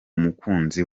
mukunzi